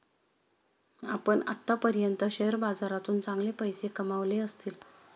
आपण आत्तापर्यंत शेअर बाजारातून चांगले पैसे कमावले असतील